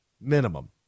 minimum